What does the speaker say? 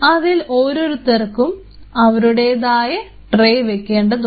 അതിൽ ഓരോരുത്തർക്കും അവരുടേതായ ട്രെ വെക്കേണ്ടതുണ്ട്